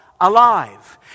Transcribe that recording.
Alive